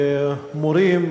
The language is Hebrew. מורים,